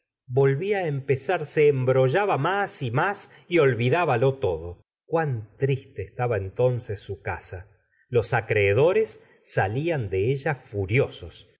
volvía á empezar se embrollaba más y más y olvidábalo todo cuán triste estaba entonces su casa los acreedores salian de ella furiosos